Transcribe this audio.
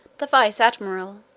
the vice-admiral